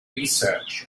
research